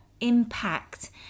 impact